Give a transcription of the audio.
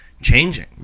changing